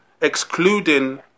excluding